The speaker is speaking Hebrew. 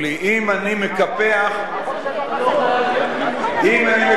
אם אני מקפח את חבר הכנסת מולה,